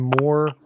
more